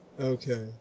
Okay